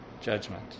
judgment